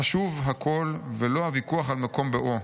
חשוב הקול, ולא הוויכוח על מקום בואו.